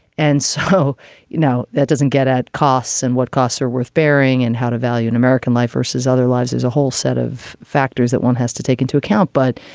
and so you know that doesn't get at costs and what costs are worth bearing and how to value an and american life versus other lives as a whole set of factors that one has to take into account but.